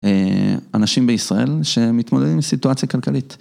אנשים בישראל שמתמודדים עם סיטואציה כלכלית.